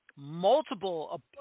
Multiple